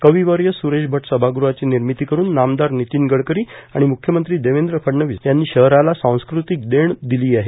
कविवर्य स्रेश अट सभागृहाची निर्मिती करून नितीन गडकरी आणि मृख्यमंत्री देवेंद्र फडणवीस यांनी शहराला सांस्कृतिक देण दिली आहे